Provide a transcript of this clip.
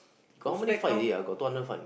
got how many fight already ah got two hundred fight